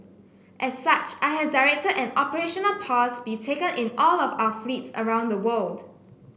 as such I have directed an operational pause be taken in all of our fleets around the world